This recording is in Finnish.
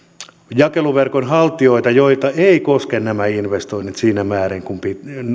jakeluverkon haltijoita joita eivät koske nämä investoinnit siinä määrin kuin